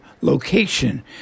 location